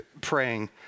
praying